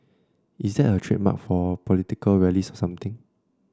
is that her trademark for political rallies or something